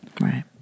Right